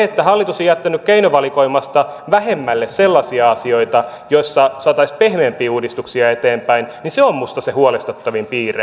kun hallitus on jättänyt keinovalikoimasta vähemmälle sellaisia asioita joissa saataisiin pehmeämpiä uudistuksia eteenpäin niin se on minusta se huolestuttavin piirre